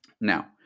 Now